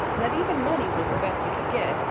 that even money was the best you could get,